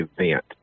event